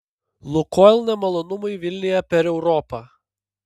lukoil nemalonumai vilnija per europą